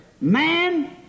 man